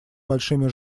большими